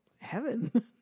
heaven